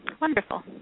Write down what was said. wonderful